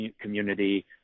community